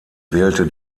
wählte